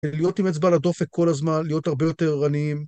להיות עם אצבע לדופק כל הזמן, להיות הרבה יותר ערניים.